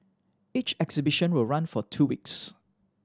each exhibition will run for two weeks